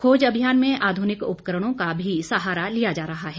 खोज अभियान में आधुनिक उपकरणों का भी सहारा लिया जा रहा है